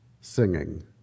singing